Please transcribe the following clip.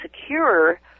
secure